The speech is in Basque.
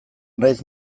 nahiz